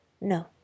no